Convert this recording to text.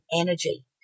energy